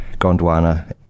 Gondwana